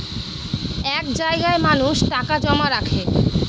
এক জায়গায় মানুষ টাকা জমা রাখে